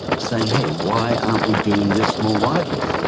saying, hey, why aren't we doing this more widely?